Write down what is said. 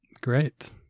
Great